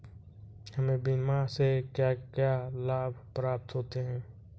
हमें बीमा से क्या क्या लाभ प्राप्त होते हैं?